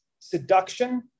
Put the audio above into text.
seduction